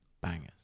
bangers